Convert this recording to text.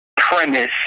premise